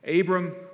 Abram